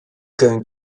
going